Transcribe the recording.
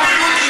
לכבוש, לכבוש.